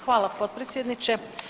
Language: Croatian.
Hvala potpredsjedniče.